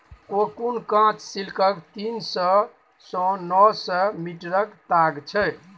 cocoon काँच सिल्कक तीन सय सँ नौ सय मीटरक ताग छै